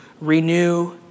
renew